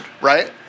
right